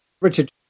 Richard